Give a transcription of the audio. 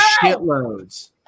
shitloads